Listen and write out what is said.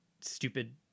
stupid